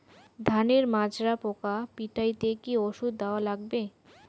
ধানের মাজরা পোকা পিটাইতে কি ওষুধ দেওয়া লাগবে?